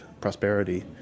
prosperity